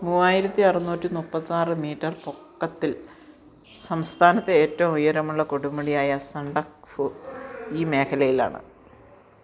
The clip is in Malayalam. മൂവായിരത്തി അറുനൂറ്റി മുപ്പത്താറ് മീറ്റർ പൊക്കത്തിൽ സംസ്ഥാനത്തെ ഏറ്റവും ഉയരമുള്ള കൊടുമുടിയായ സണ്ടക്ഫു ഈ മേഖലയിലാണ്